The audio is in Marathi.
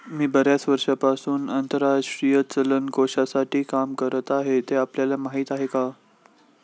मी बर्याच वर्षांपासून आंतरराष्ट्रीय चलन कोशासाठी काम करत आहे, ते आपल्याला माहीत आहे का?